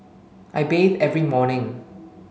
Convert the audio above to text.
I bathe every morning